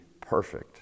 perfect